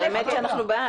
האמת היא שאנחנו בעד.